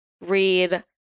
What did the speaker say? read